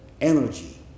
energy